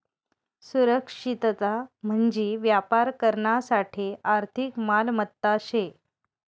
सुरक्षितता म्हंजी व्यापार करानासाठे आर्थिक मालमत्ता शे